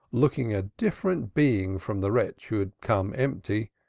looking a different being from the wretch who had come empty,